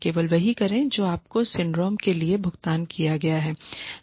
केवल वही करें जो आपको सिंड्रोम के लिए भुगतान किया जाता है